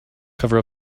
cover